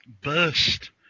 burst